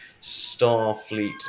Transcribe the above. Starfleet